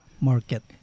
market